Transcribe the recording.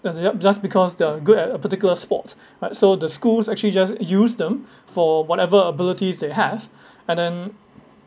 there's a yup just because they're good at a particular sport right so the schools actually just used them for whatever abilities they have and then